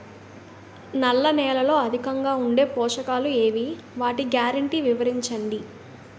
నల్ల నేలలో అధికంగా ఉండే పోషకాలు ఏవి? వాటి గ్యారంటీ వివరించండి?